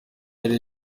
ari